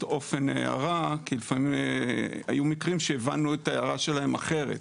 אופן ההערה כי לפעמים היו מקרים שהבנו את ההערה שלהם אחרת.